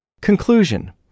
Conclusion